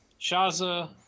Shaza